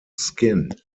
skin